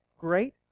great